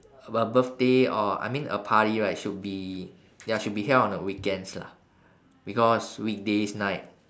a a birthday or I mean a party right should be ya should be held on a weekends lah because weekdays night